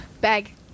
bag